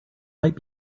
might